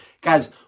Guys